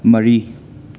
ꯃꯔꯤ